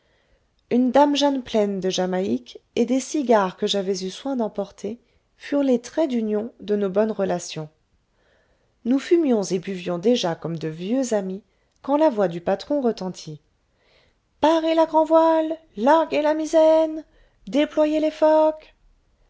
une dame jeanne pleine de jamaïque et des cigares que j'avais eu soin d'emporter furent les traits d'union de nos bonnes relations nous fumions et buvions déjà comme de vieux amis quand la voix du patron retentit parez la grand'voile larguez la misaine déployez les